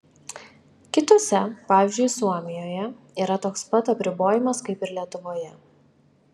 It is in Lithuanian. kitose pavyzdžiui suomijoje yra toks pat apribojimas kaip ir lietuvoje